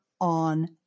on